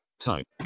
Type